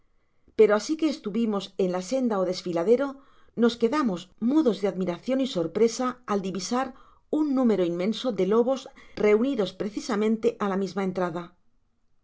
pero asi que estuvimos en la senda ó desfiladero nos quedamos mudos de admiracion y sorpresa al divisar un número inmenso de lobos reunidos precisamente á la misma entrada